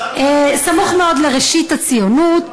סמוך מאוד לראשית הציונות,